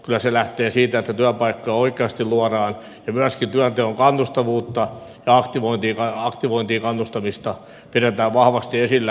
kyllä se lähtee siitä että työpaikkoja oikeasti luodaan ja myöskin työnteon kannustavuutta ja aktivointiin kannustamista pidetään vahvasti esillä